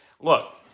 Look